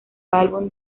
álbum